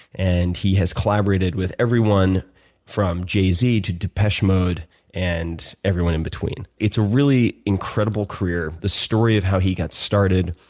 and he has collaborated with everyone from jay z to depeche mode and everyone in between. it's a really incredible career. the story of how he got started.